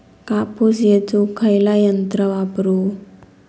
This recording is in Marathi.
कापूस येचुक खयला यंत्र वापरू?